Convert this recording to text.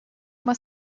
uma